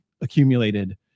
accumulated